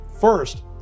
First